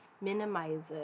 minimizes